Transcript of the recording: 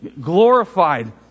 glorified